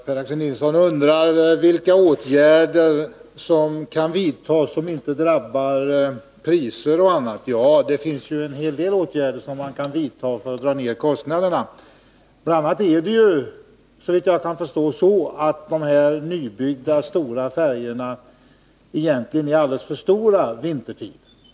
Herr talman! Per-Axel Nilsson undrar vilka åtgärder som kan vidtas utan att priserna och annat drabbas. Ja, det finns en hel del åtgärder som man kan vidta för att dra ner kostnaderna. Bl. a. är ju, såvitt jag kan förstå, de här nybyggda stora färjorna egentligen alldeles för stora vintertid.